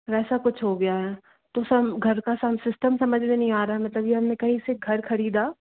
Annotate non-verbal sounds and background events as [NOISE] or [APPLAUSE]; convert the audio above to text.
वैसा कुछ हो गया है तो [UNINTELLIGIBLE] घर का [UNINTELLIGIBLE] सिस्टम समझ में नहीं आ रहा है मतलब की हमने कहीं से घर खरीदा